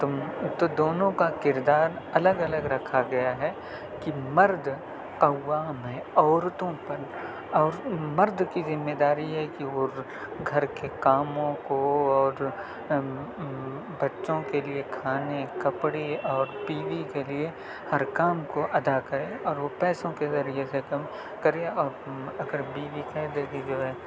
تم تو دونوں کا کردار الگ الگ رکھا گیا ہے کہ مرد قوام ہے عورتوں پر اور مرد کی ذمہ داری یہ ہے کہ ور گھر کے کاموں کو اور بچوں کے لیے کھانے کپڑے اور بیوی کے لیے ہر کام کو ادا کرے اور وہ پیسوں کے ذریعے سے کم کرے اور اگر بیوی کہہ دے کہ جو ہے